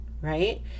right